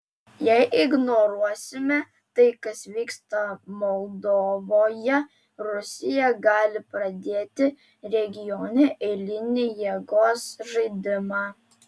jei ignoruosime tai kas vyksta moldovoje rusija gali pradėti regione eilinį jėgos žaidimą